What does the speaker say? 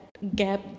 Gap